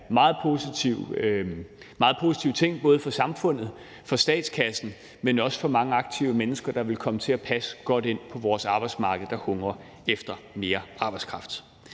meget positiv ting både for samfundet og for statskassen, men også for mange aktive mennesker, der ville komme til at passe godt ind på vores arbejdsmarked, der hungrer efter mere arbejdskraft.